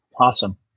Awesome